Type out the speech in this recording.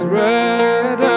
red